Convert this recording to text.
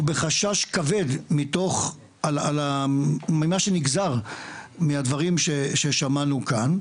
ובחשש כבד מתוך, על מה שנגזר מהדברים ששמענו כאן,